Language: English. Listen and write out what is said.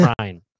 crying